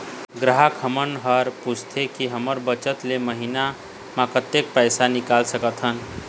ग्राहक हमन हर पूछथें की हमर बचत ले महीना मा कतेक तक पैसा निकाल सकथन?